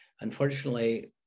unfortunately